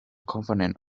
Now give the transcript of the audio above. component